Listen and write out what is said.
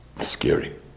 Scary